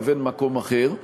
לבין מקום אחר,